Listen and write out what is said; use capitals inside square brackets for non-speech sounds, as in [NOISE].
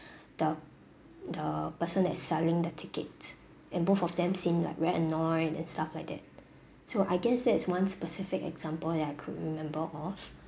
[BREATH] the the person that's selling the tickets and both of them seemed like very annoyed and stuff like that so I guess that is one specific example that I could remember of